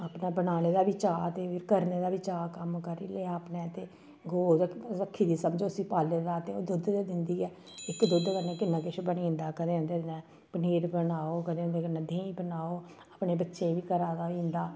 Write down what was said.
अपना बनाने दा बी चाऽ ते फिर करने दा बा चाऽ कम्म करी लेआ अपने ते गौ रक्खी दी समझो उस्सी पाले दा ते ओह् दुद्ध ते दिंदी ऐ इक दुद्धै कन्नै किन्ना किश बनी जंदा कदें उं'दे कन्नै पनीर बनाओ कदें उं'दे कन्नै देहीं बनाओ अपने बच्चें गी बी घरा दा होई जंदा